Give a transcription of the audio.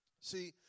See